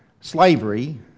slavery